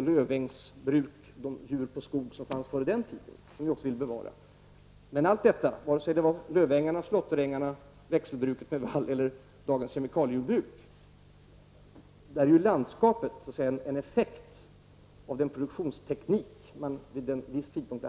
lövängsbruk, de djur på skogsbete, som fanns före den tiden. Det vill vi också bevara. Allt detta, dvs. landskapet, vare sig det är lövängar, slåtterängar, växeljordbruk med vall eller dagens kemikaliejordbruk är en effekt av den produktionsteknik man hade i jordbruket vid en viss tidpunkt.